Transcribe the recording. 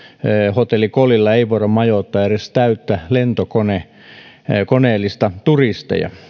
hotelli kolilla ei voida majoittaa edes täyttä lentokoneellista turisteja